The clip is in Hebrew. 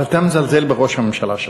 אבל אתה מזלזל בראש הממשלה שלך.